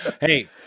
Hey